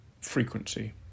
frequency